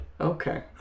Okay